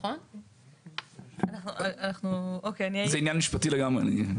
זה עניין משפטי לגמרי.